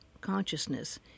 consciousness